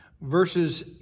verses